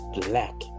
black